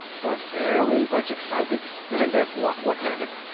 were very much excited, and, as luck would have it,